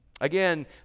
Again